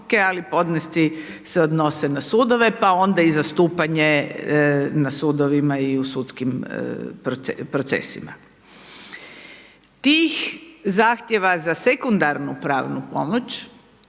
ali podnesci se odnose na sudove, pa onda i zastupanje na sudovima i u sudskim procesima. Tih zahtjeva za sekundarnu pravnu pomoć